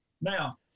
Now